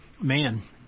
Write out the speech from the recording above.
man